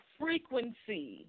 frequency